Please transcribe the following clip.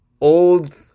old